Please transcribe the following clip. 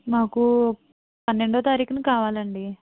మాకు పన్నెండో తారీఖున కావాలండి